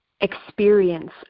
experience